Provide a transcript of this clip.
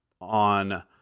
on